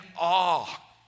awe